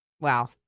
Wow